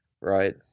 right